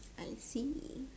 I see